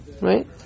right